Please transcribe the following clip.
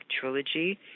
trilogy